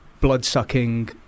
blood-sucking